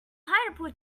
pineapple